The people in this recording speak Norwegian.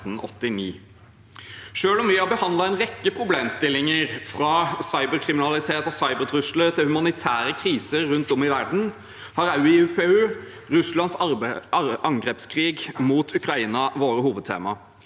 Selv om vi har behandlet en rekke problemstillinger, fra cyberkriminalitet og cybertrusler til humanitære kriser rundt om i verden, har Russlands angrepskrig mot Ukraina vært hovedtema